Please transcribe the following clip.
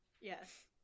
Yes